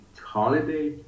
holiday